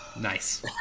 Nice